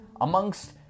amongst